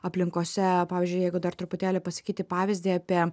aplinkose pavyzdžiui jeigu dar truputėlį pasakyti pavyzdį apie